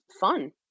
fun